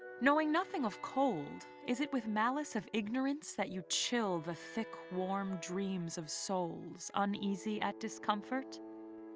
knowing nothing of cold, is it with malice of ignorance that you chill the thick, warm dreams of souls, uneasy at discomfort?